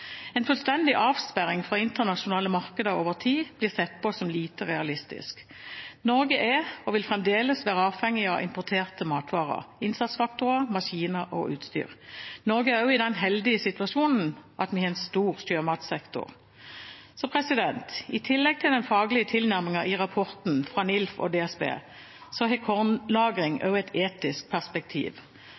En fullstendig avsperring fra internasjonale markeder over tid blir sett på som lite realistisk. Norge er og vil fremdeles være avhengig av importerte matvarer, innsatsfaktorer, maskiner og utstyr. Norge er også i den heldige situasjon at vi har en stor sjømatsektor. I tillegg til den faglige tilnærmingen i rapportene fra NILF og DSB har kornlagring også et etisk perspektiv.